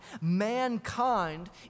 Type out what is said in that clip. mankind